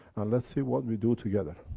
let's see what we do together.